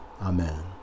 Amen